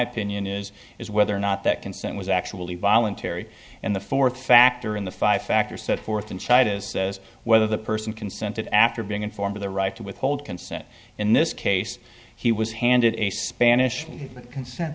opinion is is whether or not that consent was actually voluntary and the fourth factor in the five factors set forth in china says whether the person consented after being informed of the right to withhold consent in this case he was handed a spanish consent